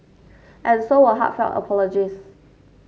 and so were heartfelt apologies